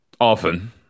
Often